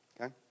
okay